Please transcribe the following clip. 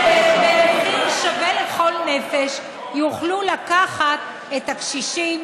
שבמחיר שווה לכל נפש יוכלו לקחת את הקשישים